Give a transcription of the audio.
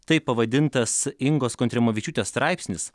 taip pavadintas ingos kontrimavičiūtės straipsnis